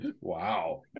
wow